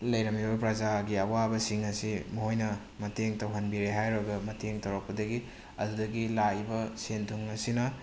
ꯂꯩꯔꯝꯂꯤꯕ ꯄ꯭ꯔꯖꯥꯒꯤ ꯑꯋꯥꯕꯁꯤꯡ ꯑꯁꯤ ꯃꯈꯣꯏꯅ ꯃꯇꯦꯡ ꯇꯧꯍꯟꯕꯤꯔꯦ ꯍꯥꯏꯔꯒ ꯃꯇꯦꯡ ꯇꯧꯔꯛꯄꯗꯒꯤ ꯑꯗꯨꯗꯒꯤ ꯂꯥꯛꯏꯕ ꯁꯦꯜ ꯊꯨꯝ ꯑꯁꯤꯅ